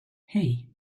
hey